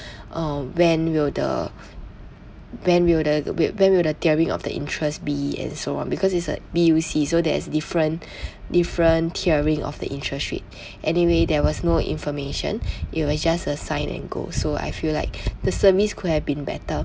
uh when will the when will the w~ when will the tiering of the interest be and so on because it's a B_U_C so there's different different tiering of the interest rate anyway there was no information it was just a sign and go so I feel like the service could have been better